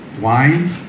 wine